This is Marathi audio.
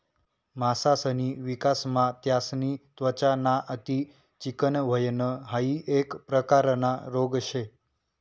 मासासनी विकासमा त्यासनी त्वचा ना अति चिकनं व्हयन हाइ एक प्रकारना रोग शे